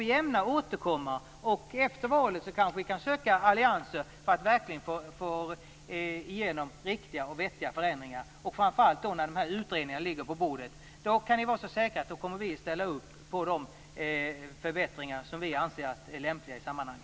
Vi ämnar återkomma. Efter valet kanske vi kan söka allianser för att få igenom riktiga och vettiga förändringar. När utredningarna ligger på bordet kan ni vara så säkra att vi kommer att ställa upp på de förbättringar som vi anser är lämpliga i sammanhanget.